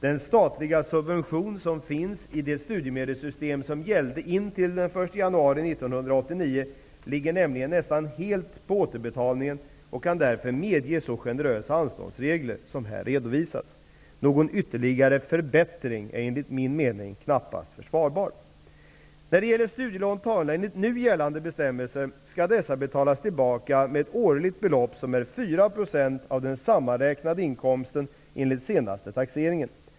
Den statliga subvention som fanns i det studiemedelssystem som gällde intill den 1 januari 1989 ligger nämligen nästan helt på återbetalningen och kan därför medge så generösa anståndsregler, som här redovisats. Någon ytterligare förbättring är, enligt min mening, knappast försvarbar. När det gäller studielån tagna enligt nu gällande bestämmelser skall dessa betalas tillbaka med ett årligt belopp som är 4 % av den sammanräknade inkomsten enligt senaste taxeringen.